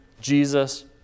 Jesus